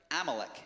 Amalek